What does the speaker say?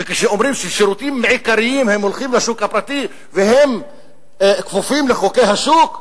וכשאומרים ששירותים עיקריים הולכים לשוק הפרטי והם כפופים לחוקי השוק,